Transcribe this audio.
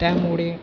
त्यामुळे